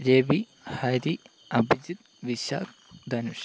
Ravi Hari Abhijith Vishal Dhanush